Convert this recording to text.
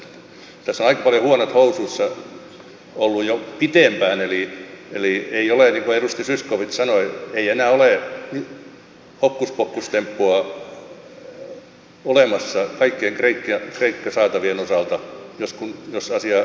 tässä on aika paljon huonot housuissa olleet jo pitempään eli ei ole niin kuin edustaja zyskowicz sanoi enää hokkuspokkustemppua olemassa kaikkien kreikka saatavien osalta jos asiaa realistisesti katsotaan